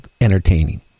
entertaining